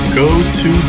go-to